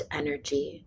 energy